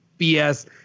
BS